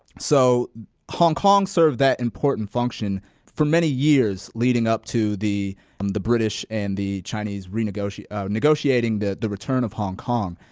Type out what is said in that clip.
so hong kong served that important function for many years leading up to the um the british and the chinese negotiating negotiating the the return of hong kong.